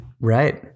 Right